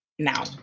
now